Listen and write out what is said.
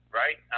right